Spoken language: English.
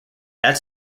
that